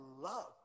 love